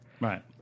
Right